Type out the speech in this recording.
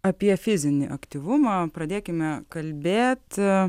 apie fizinį aktyvumą pradėkime kalbėt